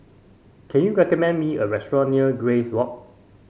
can you recommend me a restaurant near Grace Walk